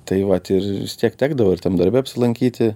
tai vat ir tiek tekdavo ir tam darbe apsilankyti